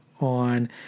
on